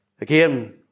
Again